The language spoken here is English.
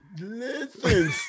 Listen